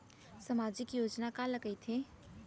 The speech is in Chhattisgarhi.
सामाजिक योजना काला कहिथे?